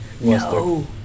No